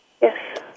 Yes